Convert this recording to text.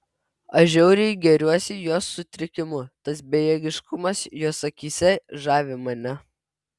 aš žiauriai gėriuosi jos sutrikimu tas bejėgiškumas jos akyse žavi mane